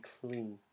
clean